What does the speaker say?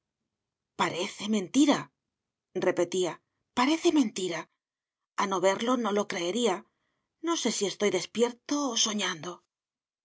parece mentira repetía parece mentira a no verlo no lo creería no sé si estoy despierto o soñando ni